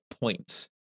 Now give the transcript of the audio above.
points